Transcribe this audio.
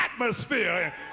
atmosphere